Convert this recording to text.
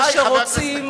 אלה שרוצים